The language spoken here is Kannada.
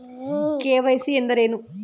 ಕೆ.ವೈ.ಸಿ ಎಂದರೇನು?